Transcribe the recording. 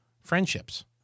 friendships